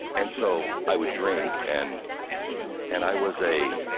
and so i would drink and and i was a